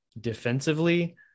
defensively